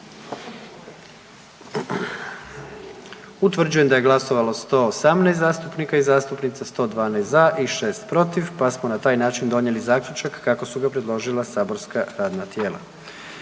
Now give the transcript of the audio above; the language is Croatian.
Utvrđujem da je glasovalo 111 zastupnika i zastupnica, 78 za, 33 suzdržana i na taj način je donesen zaključak kako ga je predložilo matično radno tijelo.